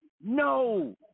No